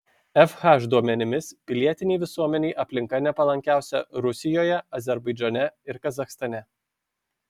fh duomenimis pilietinei visuomenei aplinka nepalankiausia rusijoje azerbaidžane ir kazachstane